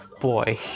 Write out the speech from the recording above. boy